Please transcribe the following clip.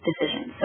decisions